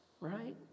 right